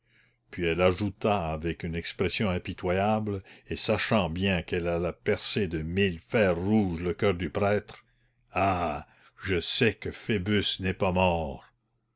puis elle ajouta avec une expression impitoyable et sachant bien qu'elle allait percer de mille fers rouges le coeur du prêtre ah je sais que phoebus n'est pas mort